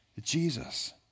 jesus